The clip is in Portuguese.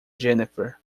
jennifer